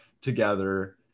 together